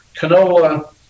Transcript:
canola